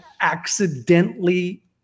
accidentally